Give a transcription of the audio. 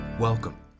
Welcome